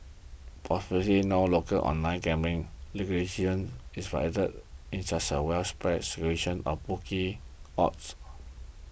possibly no local online gambling is violated with such widespread circulation of bookie odds